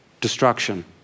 destruction